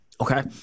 Okay